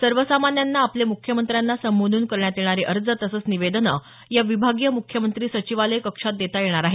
सर्वसामान्यांना आपले मुख्यमंत्र्यांना संबोधून करण्यात येणारे अर्ज तसंच निवेदनं या विभागीय मुख्यमंत्री सचिवालय कक्षात देता येणार आहेत